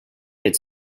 had